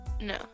No